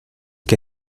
que